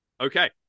Okay